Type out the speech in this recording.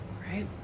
Right